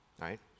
right